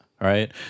Right